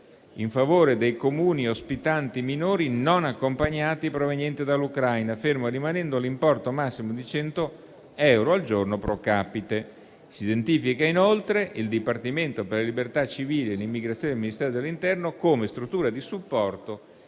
in favore dei Comuni ospitanti minori non accompagnati provenienti dall'Ucraina, fermo rimanendo l'importo massimo di 100 euro al giorno *pro capite*. Si identifica inoltre il Dipartimento per le libertà civili e l'immigrazione del Ministero dell'interno come struttura di supporto